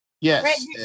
Yes